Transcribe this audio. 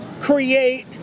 create